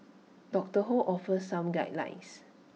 doctor ho offers some guidelines